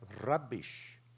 rubbish